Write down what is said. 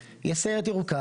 בלי לחץ, הכול בסדר.